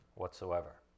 whatsoever